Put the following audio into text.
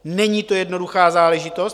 Není to jednoduchá záležitost.